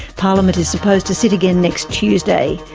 parliament is supposed to sit again next tuesday.